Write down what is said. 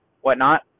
whatnot